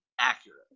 accurate